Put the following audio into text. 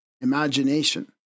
imagination